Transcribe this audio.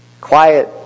quiet